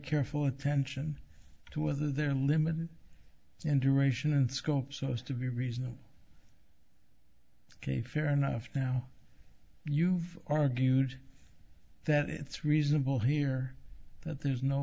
careful attention to whether they're limited in duration and scope so as to be reasonable ok fair enough now you've argued that it's reasonable here that there's no